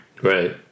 Right